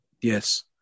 Yes